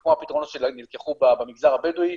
כמו הפתרונות שנלקחו במגזר הבדואי,